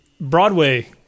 Broadway